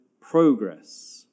progress